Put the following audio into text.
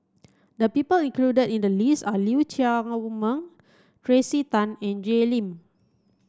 the people included in the list are Lee Chiaw Meng Tracey Tan and Jay Lim